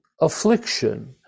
affliction